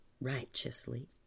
righteously